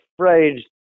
afraid